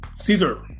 Caesar